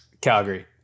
Calgary